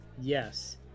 Yes